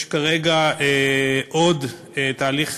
יש כרגע עוד תהליך,